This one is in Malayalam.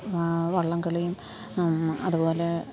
വള്ളംകളിയും അതുപോലെ